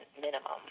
minimum